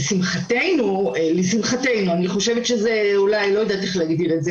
לשמחתנו לא יודעת איך להגדיר את זה